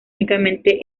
únicamente